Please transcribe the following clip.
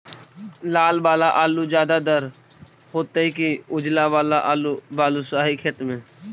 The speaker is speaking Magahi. लाल वाला आलू ज्यादा दर होतै कि उजला वाला आलू बालुसाही खेत में?